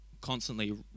constantly